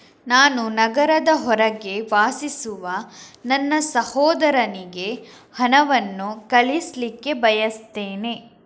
ನಾನು ನಗರದ ಹೊರಗೆ ವಾಸಿಸುವ ನನ್ನ ಸಹೋದರನಿಗೆ ಹಣವನ್ನು ಕಳಿಸ್ಲಿಕ್ಕೆ ಬಯಸ್ತೆನೆ